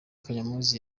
kanyomozi